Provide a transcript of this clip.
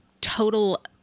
total